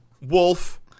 wolf